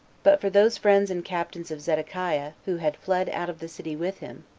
but for those friends and captains of zedekiah who had fled out of the city with him,